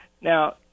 Now